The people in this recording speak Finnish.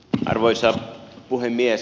arvoisa puhemies